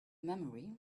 memory